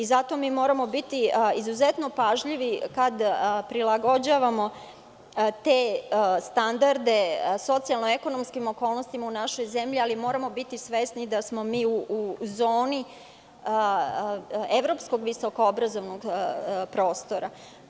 Zato moramo biti izuzetno pažljivi kada prilagođavamo te standarde socijalno ekonomskim okolnostima u našoj zemlji, ali moramo biti svesni da smo mi u zoni evropskog visokoobrazovanog prostora.